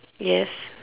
yes